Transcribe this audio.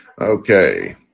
Okay